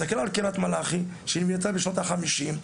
תסתכל על קריית מלאכי שאם היא הייתה בשנות ה- 50,